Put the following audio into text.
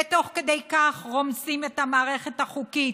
ותוך כדי כך רומסים את המערכת החוקית